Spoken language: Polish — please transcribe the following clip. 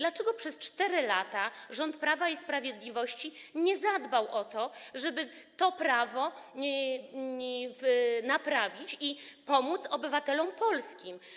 Dlaczego przez 4 lata rząd Prawa i Sprawiedliwości nie zadbał o to, żeby to prawo naprawić i pomóc obywatelom polskim?